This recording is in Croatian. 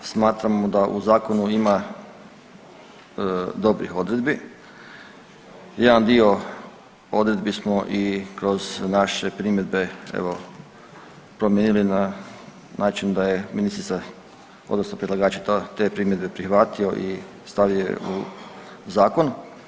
Smatramo da u zakonu ima dobrih odredbi, jedan dio odredbi smo i kroz naše primjedbe evo promijenili na način da je ministrica odnosno predlagači te primjedbe prihvatio i stavio je u zakon.